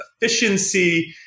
efficiency